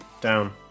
Down